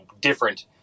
different